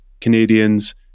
Canadians